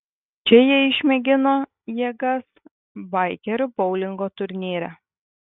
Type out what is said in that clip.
čia jie išmėgino jėgas baikerių boulingo turnyre